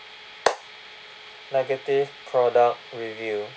negative product review